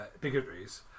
bigotries